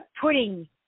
putting